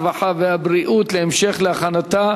הרווחה והבריאות נתקבלה.